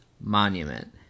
Monument